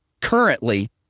currently